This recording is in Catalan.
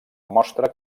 mostra